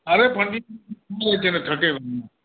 अरे फर्जी होइत छै ने ठके वला